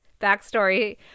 backstory